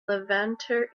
levanter